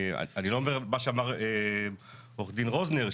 אני לא מדבר על מה שדיבר עו"ד רוזנר,